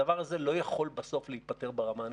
הדבר הזה לא יכול בסוף להיפתר ברמה הנקודתית.